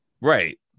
right